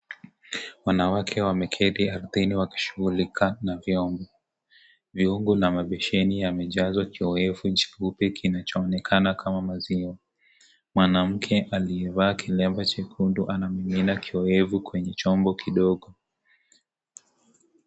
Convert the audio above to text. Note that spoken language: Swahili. Wanawake wameketi ardhini wakishughulika na vyombo , miungu na mabesheni imejazwa kiowevu cheupe kinachoonekana kama maziwa mwanamke aliyevaa kilemba chekundu anamimina kiowevu kwenye chombo kidogo.